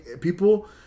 people